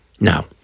Now